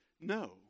No